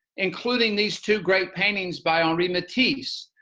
including these two great paintings by henri matisse,